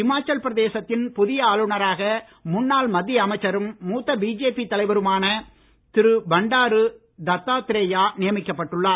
ஹிமாச்சல பிரதேசத்தின் புதிய ஆளுநராக முன்னாள் மத்திய அமைச்சரும் மூத்த பிஜேபி தலைவருமான திரு பண்டாரு தத்தாத்ரேயா நியமிக்கப்பட்டு உள்ளார்